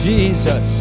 Jesus